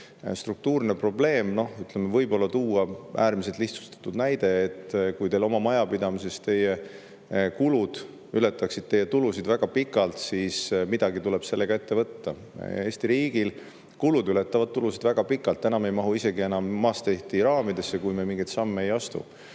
struktuurset probleemi – võib-olla tuua äärmiselt lihtsustatud näide, et kui teil oma majapidamises teie kulud ületaksid teie tulusid väga pikalt, siis midagi tuleb sellega ette võtta. Eesti riigi kulud ületavad tulusid väga pikalt, enam ei mahu isegi Maastrichti raamidesse, kui me mingeid samme ei astu.